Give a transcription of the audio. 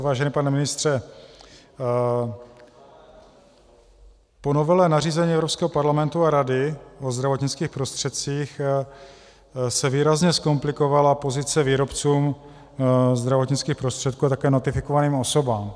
Vážený pane ministře, po novele nařízení Evropského parlamentu a Rady o zdravotnických prostředcích se výrazně zkomplikovala pozice výrobců zdravotnických prostředků a také notifikovaným osobám.